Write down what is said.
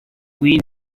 iyi